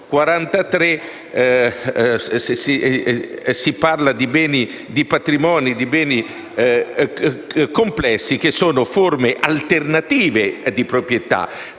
43 si parla di patrimoni e beni complessi, che sono forme alternative di proprietà.